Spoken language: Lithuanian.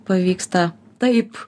pavyksta taip